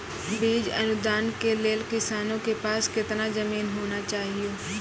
बीज अनुदान के लेल किसानों के पास केतना जमीन होना चहियों?